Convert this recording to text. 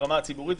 ברמה הציבורית,